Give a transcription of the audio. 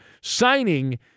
signing